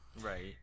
Right